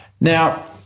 Now